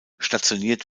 stationiert